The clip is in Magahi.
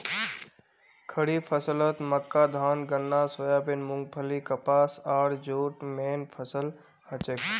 खड़ीफ फसलत मक्का धान गन्ना सोयाबीन मूंगफली कपास आर जूट मेन फसल हछेक